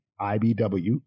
IBW